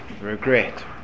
regret